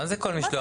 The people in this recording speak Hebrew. מה זה כל משלוח?